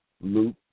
Luke